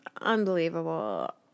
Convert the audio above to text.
unbelievable